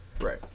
Right